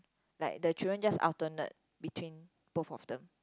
like the children just alternate between both of them